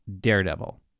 Daredevil